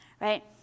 right